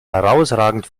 herausragend